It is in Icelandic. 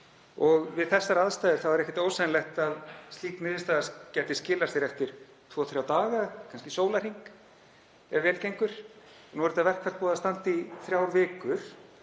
og við þessar aðstæður er ekkert ósennilegt að slík niðurstaða gæti skilað sér eftir tvo, þrjá daga, kannski sólarhring ef vel gengur. Nú er þetta verkfall búið að standa í þrjár vikur